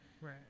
Right